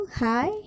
hi